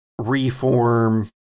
reform